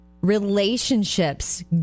relationships